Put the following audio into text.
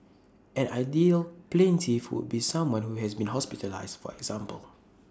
an ideal plaintiff would be someone who has been hospitalised for example